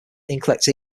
incorrect